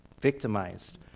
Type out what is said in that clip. Victimized